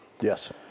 yes